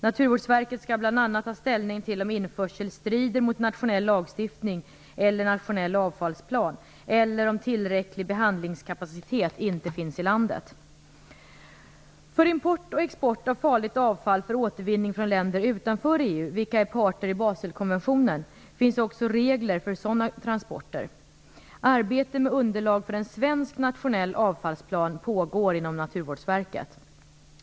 Naturvårdsverket skall bl.a. ta ställning till om införsel strider mot nationell lagstiftning eller nationell avfallsplan och till om tillräcklig behandlingskapacitet finns i landet. När det gäller import och export av farligt avfall för återvinning från länder utanför EU vilka är parter i Baselkonventionen finns också regler för sådana transporter. Arbete med underlag för en svensk nationell avfallsplan pågår inom Naturvårdsverket.